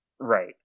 Right